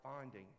finding